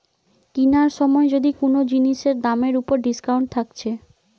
কিনার সময় যদি কুনো জিনিসের দামের উপর ডিসকাউন্ট থাকছে